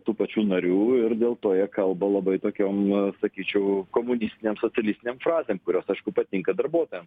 tų pačių narių ir dėl to jie kalba labai tokiom sakyčiau komunistinėm socialistinėm frazėm kurios aišku patinka darbuotojams